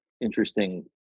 interesting